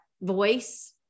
voice